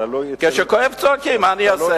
תלוי, כשכואב צועקים, מה אני אעשה.